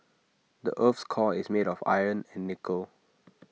the Earth's core is made of iron and nickel